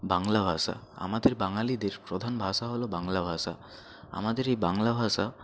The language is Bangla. বাংলা ভাষা আমাদের বাঙালিদের প্রধান ভাষা হলো বাংলা ভাষা আমাদের এই বাংলা ভাষা